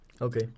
okay